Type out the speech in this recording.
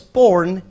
born